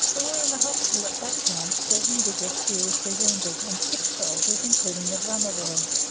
there were in the hospital at that time seven diggers seriously wounded and six soldiers, including the drummer boy.